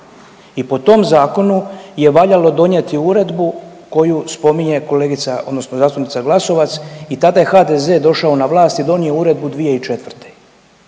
i po tom zakonu je valjalo donijeti uredbu koju spominje kolegica odnosno zastupnica Glasovac i tada je HDZ došao na vlast i donio uredbu 2004..